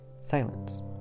Silence